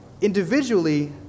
Individually